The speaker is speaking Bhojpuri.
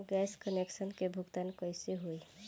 गैस कनेक्शन के भुगतान कैसे होइ?